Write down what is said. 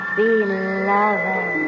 beloved